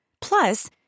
Plus